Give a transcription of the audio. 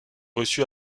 reçu